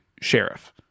Sheriff